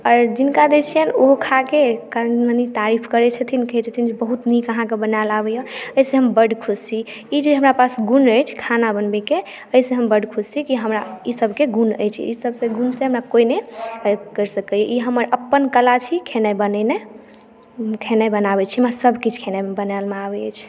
आओर जिनका दै छियनि ओहो खा केँ कनीमनी तारीफ करै छथिन कहै छथिन जे बहुत नीक आहाँकेँ बनाबय लेल आबैया एहिसँ हम बड खुश छी ई जे हमरा पास गुण अछि खाना बनबैकेँ एहिसे हम बड खुश छी कि हमरा ई सबकेँ गुण अछि एहि सबसे गुण से हमरा कोइ नहि करि सकैया ई हमर अपन कला छी खेनाय बनेनाई खेनाई बनाबै छी हमरा सब किछु खेनाई मे बनाबय लेल मे आबै अछि